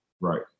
Right